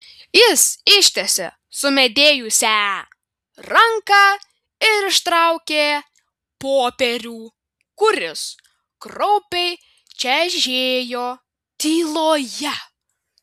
jis ištiesė sumedėjusią ranką ir ištraukė popierių kuris kraupiai čežėjo tyloje